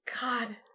God